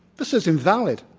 this is invalid.